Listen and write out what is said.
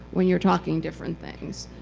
when you're talking different things.